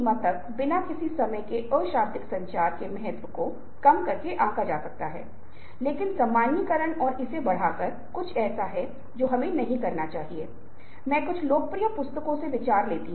यहां हमें अनुनय और हेरफेर के बीच अंतर को नोट करने की आवश्यकता है और इस तथ्य पर भी ध्यान देने की आवश्यकता है कि दोनों के बीच अंतर करना काफी कठिन और जटिल है